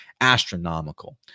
astronomical